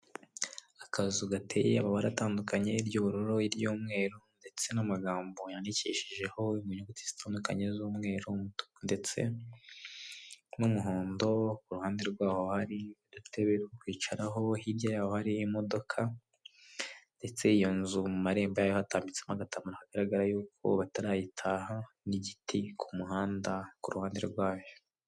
Akazu gateye amabara atandukanye iry'ubururu, iry'umweru, ndetse n'amagambo yandikishijeho mu nyuguti zitandukanye z'umweru ndetse n'umuhondo, ku ruhande rwaho hari udutebe two kwicaraho hirya y'aho hari imodoka, ndetse iyo nzu mu marembo ya hatambitsemo agati bigaragara y'uko batarayitaha, n'igiti ku muhanda ku ruhande rwayo.